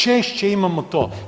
Češće imamo to.